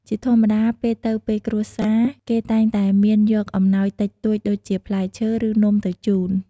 ជាធម្មតា ពេលទៅពេលគ្រួសារ គេតែងតែមានយកអំណោយតិចតួចដូចជា ផ្លែឈើ ឬនំទៅជួន។